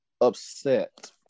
upset